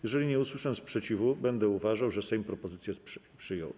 Jeżeli nie usłyszę sprzeciwu, będę uważał, że Sejm propozycję przyjął.